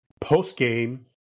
post-game